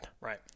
Right